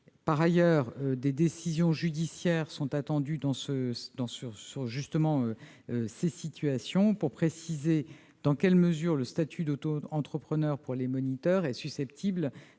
Par ailleurs, des décisions judiciaires sont attendues, qui permettront de préciser dans quelle mesure le statut d'auto-entrepreneur pour les moniteurs est susceptible